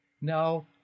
now